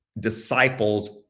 disciples